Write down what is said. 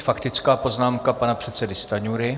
Faktická poznámka pana předsedy Stanjury.